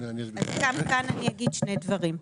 גם כאן אני אגיד שני דברים.